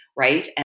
right